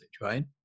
right